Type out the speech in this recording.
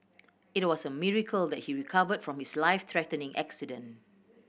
it was a miracle that he recovered from his life threatening accident